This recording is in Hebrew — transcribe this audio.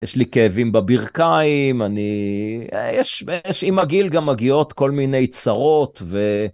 יש לי כאבים בברכיים, אני יש, עם הגיל גם מגיעות כל מיני צרות ו...